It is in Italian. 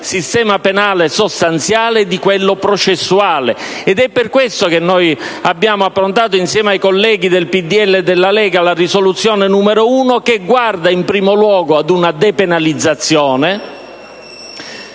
sistema penale sostanziale e di quello processuale. È per questo che abbiamo approntato, insieme ai colleghi del PdL e della Lega, la proposta di risoluzione n. 1, che guarda in primo luogo a una depenalizzazione: